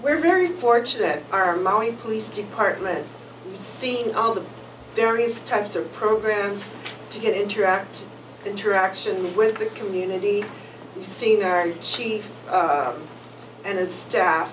we're very fortunate that our maui police department seeing all the various types of programs to get interact interaction with the community seeing our chief and it's